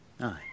Aye